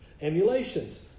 Emulations